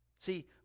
See